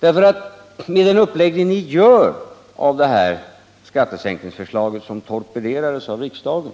Med er uppläggning av det skattesänkningsförslag som torpederades av riksdagen